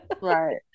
Right